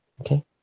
Okay